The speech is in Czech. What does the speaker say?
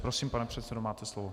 Prosím, pane předsedo, máte slovo.